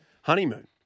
honeymoon